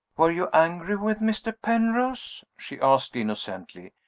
were you angry with mr. penrose? she asked innocently.